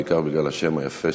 בעיקר בגלל השם היפה,